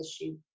issue